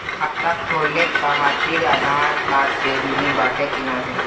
खाता खोले काहतिर आधार कार्ड जरूरी बाटे कि नाहीं?